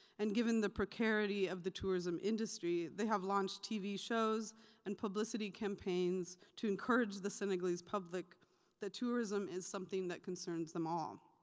and given the precarity of the tourism industry, they have launched tv shows and publicity campaigns to encourage the senegalese public that tourism is something that concerns them all.